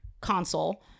console